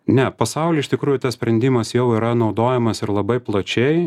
ne pasauly iš tikrųjų tas sprendimas jau yra naudojamas ir labai plačiai